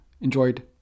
enjoyed